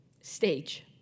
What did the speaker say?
stage